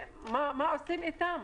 מה עושים איתם?